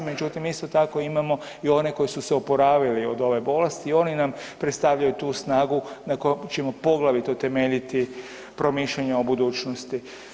Međutim, isto tako imamo i one koji su se oporavili od ove bolesti i oni nam predstavljaju tu snagu na kojoj ćemo poglavito temeljiti promišljanje o budućnosti.